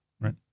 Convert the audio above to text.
Right